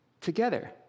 together